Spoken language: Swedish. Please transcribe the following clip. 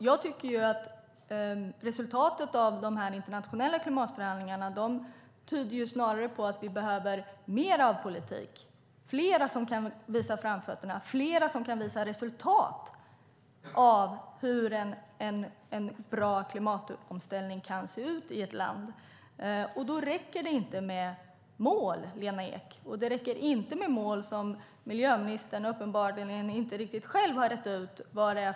Jag tycker att resultatet av de internationella klimatförhandlingarna snarare tyder på att vi behöver mer av politik och fler som kan visa framfötterna. Vi behöver fler som kan visa resultat av hur en bra klimatomställning kan se ut i ett land. Då räcker det inte med mål, Lena Ek. Det räcker inte att ha mål som miljöministern uppenbarligen inte riktigt själv har rett ut vilka de är.